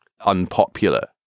unpopular